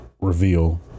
reveal